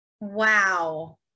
Wow